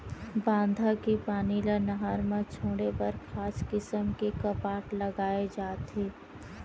बांधा के पानी ल नहर म छोड़े बर खास किसम के कपाट लगाए जाथे